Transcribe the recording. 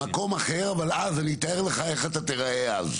מקום אחר, ואז אני אתאר לך איך אתה תראה אז.